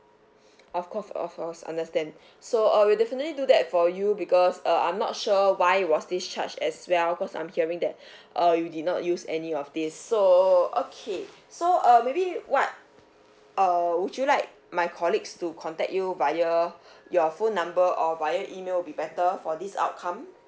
of course of course understand so uh we'll definitely do that for you because uh I'm not sure why was this charged as well cause I'm hearing that uh you did not use any of these so okay so uh maybe what err would you like my colleagues to contact you via your phone number or via email will be better for this outcome